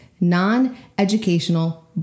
non-educational